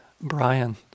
Brian